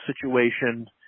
situation